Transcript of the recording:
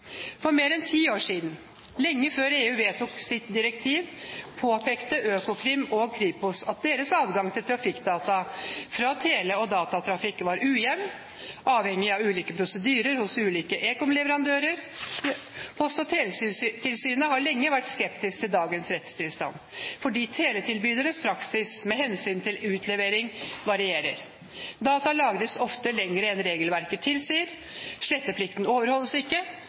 For mer enn ti år siden – lenge før EU vedtok sitt direktiv – påpekte Økokrim og Kripos at deres adgang til trafikkdata fra tele- og datatrafikk var ujevn og avhengig av ulike prosedyrer hos ulike ekomleverandører. Post- og teletilsynet har lenge vært skeptisk til dagens rettstilstand, fordi teletilbydernes praksis med hensyn til utlevering varierer. Data lagres ofte lenger enn regelverket tilsier, sletteplikten overholdes ikke,